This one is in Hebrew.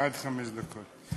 עד חמש דקות.